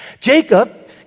Jacob